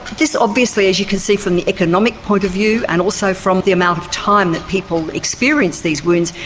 this obviously, as you can see from the economic point of view and also from the amount of time that people experience these wounds,